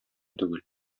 түгел